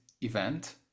event